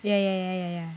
ya ya ya